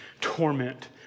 torment